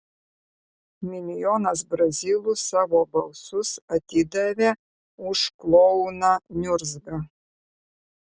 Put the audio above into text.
milijonas brazilų savo balsus atidavė už klouną niurzgą